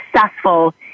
successful